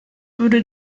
würde